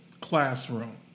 classroom